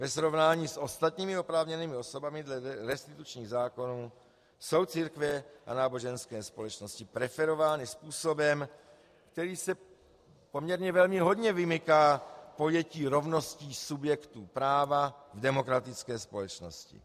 Ve srovnání s ostatními oprávněnými osobami dle restitučních zákonů jsou církve a náboženské společnosti preferovány způsobem, který se poměrně velmi hodně vymyká pojetí rovnosti subjektů práva v demokratické společnosti.